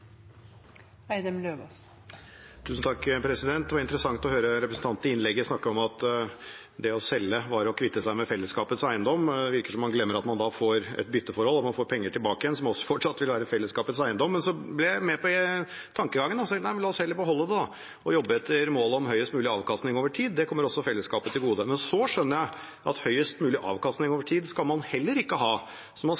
i innlegget sitt snakke om at det å selge var å kvitte seg med fellesskapets eiendom. Det virker som om han glemmer at man da får et bytteforhold, og at man får penger tilbake igjen, som fortsatt vil være fellesskapets eiendom. Men så ble jeg med på tankegangen og tenkte: La oss heller beholde det da og jobbe etter målet om høyest mulig avkastning over tid. Det kommer også fellesskapet til gode. Men så skjønner jeg at høyest mulig avkastning over tid skal man